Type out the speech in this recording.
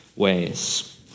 ways